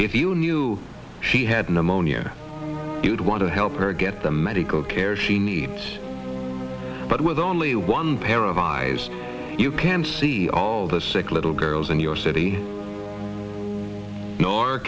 if you knew she had pneumonia you'd want to help her get the medical care she needs but with only one pair of eyes you can see all the sick little girls in your city or